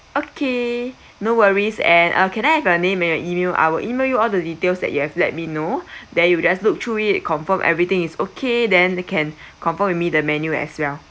okay no worries and uh can I have your name and your email I will email you all the details that you have let me know then you just look through it confirm everything is okay then they can confirm with me the menu as well